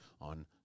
on